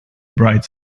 bright